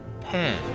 pen